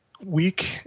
Week